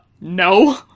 no